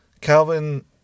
Calvin